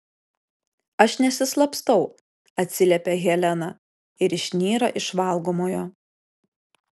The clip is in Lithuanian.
aš nesislapstau atsiliepia helena ir išnyra iš valgomojo